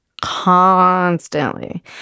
Constantly